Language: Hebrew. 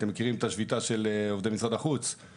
אתם מכירים את השביתה של עובדי משרד החוץ,